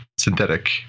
synthetic